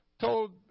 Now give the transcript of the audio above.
told